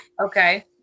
Okay